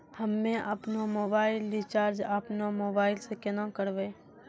हम्मे आपनौ mobile recharge आपनौ मोबाइल से केना करवै?